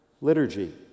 Liturgy